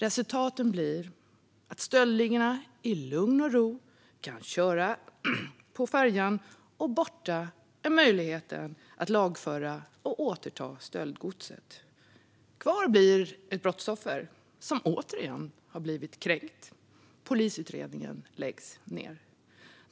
Resultatet blir att stöldligorna i lugn och ro kan köra på färjan - och borta är möjligheten att lagföra förövarna och återta stöldgodset. Kvar blir ett brottsoffer som åter blir kränkt då polisutredningen läggs ned.